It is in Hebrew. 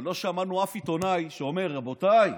אבל לא שמענו אף עיתונאי שאומר: רבותיי,